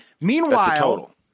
Meanwhile